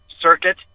circuit